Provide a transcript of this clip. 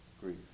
grief